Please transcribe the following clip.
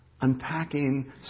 unpacking